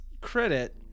credit